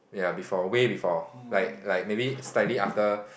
ya before way before like like maybe slightly after